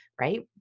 Right